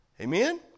Amen